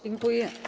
Dziękuję.